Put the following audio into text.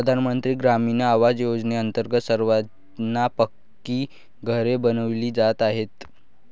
प्रधानमंत्री ग्रामीण आवास योजनेअंतर्गत सर्वांना पक्की घरे बनविली जात आहेत